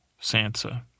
Sansa